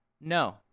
no